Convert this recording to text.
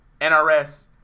NRS